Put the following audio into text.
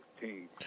team